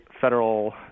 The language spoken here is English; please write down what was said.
federal